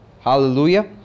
Hallelujah